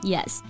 Yes